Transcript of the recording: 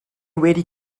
wedi